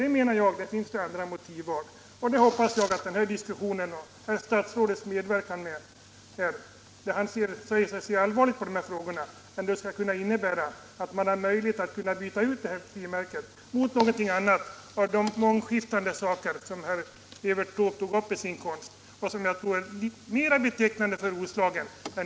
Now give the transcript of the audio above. Jag menar att man kan använda andra motiv, och jag hoppas att den här diskussionen med statsrådet, som säger sig se allvarligt på frågan, ändå skall innebära att man kan byta ut frimärket mot ett annat med tanke på alla de mångskiftande motiv som Evert Taube tog upp i sin konst och som är mera betecknande för Roslagen.